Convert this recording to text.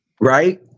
right